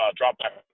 drop-back